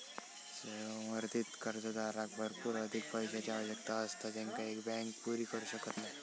संवर्धित कर्जदाराक भरपूर अधिक पैशाची आवश्यकता असता जेंका एक बँक पुरी करू शकत नाय